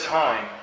time